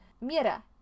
Mira